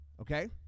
okay